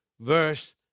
verse